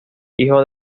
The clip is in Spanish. hijo